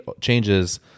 changes